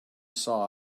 saw